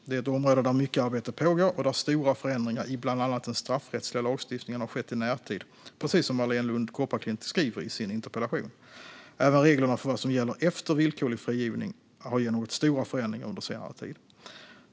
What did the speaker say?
Det är ett område där mycket arbete pågår och där stora förändringar i bland annat den straffrättsliga lagstiftningen har skett i närtid, precis som Marléne Lund Kopparklint skriver i sin interpellation. Även reglerna för vad som gäller efter villkorlig frigivning har genomgått stora förändringar under senare tid.